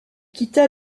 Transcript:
quitta